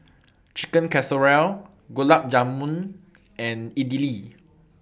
Chicken Casserole Gulab Jamun and Idili